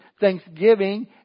thanksgiving